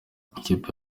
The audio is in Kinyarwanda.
ikipe